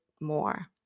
more